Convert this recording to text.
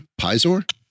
Pizor